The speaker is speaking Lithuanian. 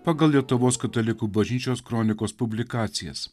pagal lietuvos katalikų bažnyčios kronikos publikacijas